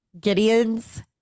Gideon's